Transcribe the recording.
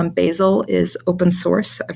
um bazel, is open source. ah